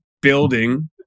building